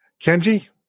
Kenji